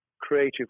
creative